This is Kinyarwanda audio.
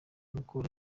mukura